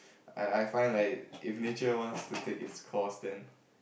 I I find like if nature wants to take it's course then